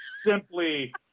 Simply